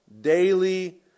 daily